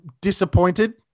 disappointed